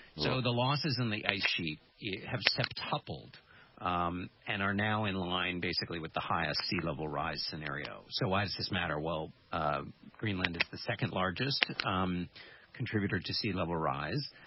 so the losses in the ice sheet have sapped, toppled um and are now in line basically with the higher sea level rise scenario. so why does this matter? well. ah greenland is the second largest um contributor to sea level rise.